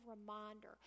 reminder